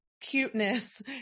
cuteness